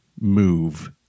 move